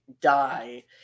die